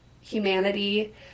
humanity